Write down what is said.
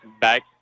back